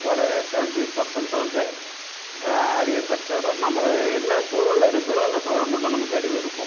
ஒரு seventy percent வந்து அறிவை பெற்றவர்கள் நம்ம என்ன சூழலில் இருக்குதோ அந்த சூழல் மட்டும் நமக்கு அறிவு இருக்கும்